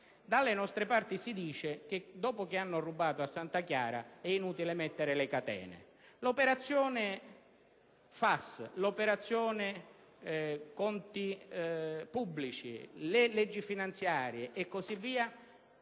Dalle nostre parti si dice che dopo che hanno rubato a Santa Chiara è inutile mettere le catene. L'operazione FAS, l'operazione conti pubblici, le leggi finanziarie e così via